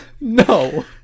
no